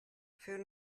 fer